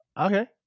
Okay